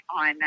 on